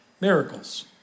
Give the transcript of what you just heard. Miracles